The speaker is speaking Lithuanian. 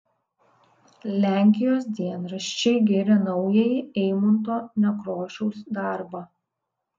lenkijos dienraščiai giria naująjį eimunto nekrošiaus darbą